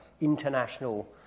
international